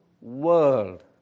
world